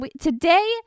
today